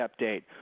update